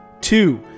Two